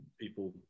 people